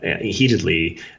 heatedly